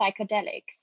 psychedelics